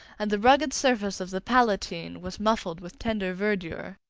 and the rugged surface of the palatine was muffled with tender verdure.